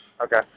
Okay